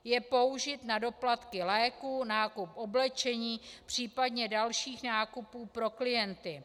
Je použit na doplatky léků, nákup oblečení, případně dalších nákupů pro klienty.